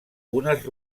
unes